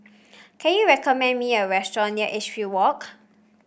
can you recommend me a restaurant near Edgefield Walk